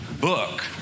book